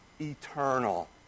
eternal